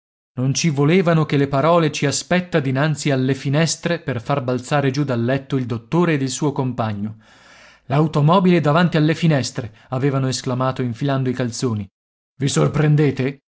non ci volevano che le parole ci aspetta dinanzi alle finestre per far balzare giù dal letto il dottore ed il suo compagno l'automobile davanti alle finestre avevano esclamato infilando i calzoni i sorprendete